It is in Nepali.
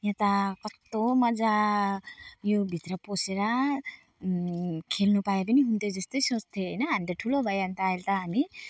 यहाँ त कस्तो मजा योभित्र पसेर खेल्नु पायो पनि हुन्थेँ जस्तै सोच्थेँ अन्त ठुलो भयो अहिले त हामी